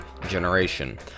generation